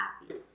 happy